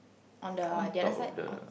on the the other side on